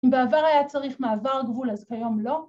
‫אם בעבר היה צריך מעבר גבול, ‫אז היום לא.